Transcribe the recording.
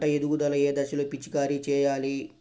పంట ఎదుగుదల ఏ దశలో పిచికారీ చేయాలి?